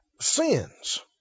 sins